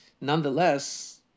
Nonetheless